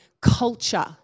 culture